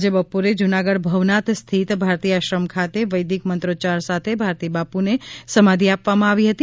આજે બપોરે જૂનાગઢ ભવનાથ સ્થિત ભારતી આશ્રમ ખાતે વૈદિક મંત્રોચ્યાર સાથે ભારતી બાપુને સમાધિ આપવામાં આવી હતી